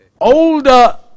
Older